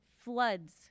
floods